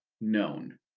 known